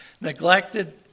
neglected